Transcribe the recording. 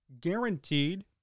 Guaranteed